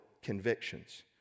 convictions